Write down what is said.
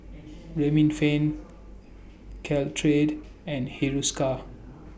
Remifemin Caltrate and Hiruscar